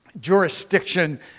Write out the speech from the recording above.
jurisdiction